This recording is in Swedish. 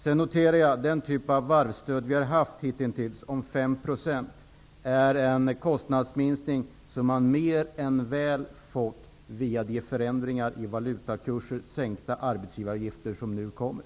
Sedan noterar jag att den typ av varvsstöd som vi hittills har haft i Sverige om 5 %, motsvaras mer än väl av den kostnadsminskning som man fått via de förändringar i valutakurser och de sänkta arbetsgivaravgifter som nu kommer.